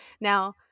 now